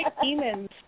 demons